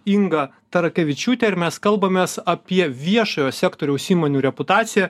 ingą tarakevičiūtę ir mes kalbamės apie viešojo sektoriaus įmonių reputaciją